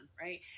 right